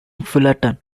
fullerton